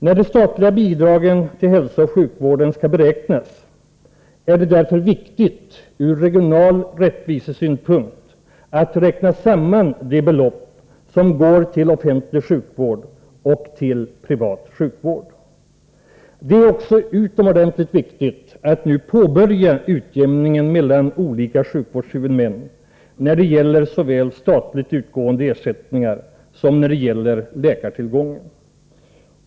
När de statliga bidragen till hälsooch sjukvården skall beräknas är det därför viktigt ur regional rättvisesynpunkt att räkna samman de belopp som går till offentlig sjukvård och till privat sjukvård. Det är också utomordentligt viktigt att nu påbörja utjämningen mellan olika sjukvårdshuvudmän när det gäller såväl statligt utgående ersättningar som när det gäller läkartillgången.